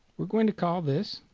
are going to call this